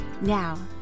Now